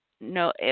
no